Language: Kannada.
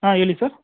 ಹಾಂ ಹೇಳಿ ಸರ್